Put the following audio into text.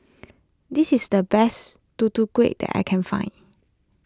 this is the best Tutu Kueh that I can find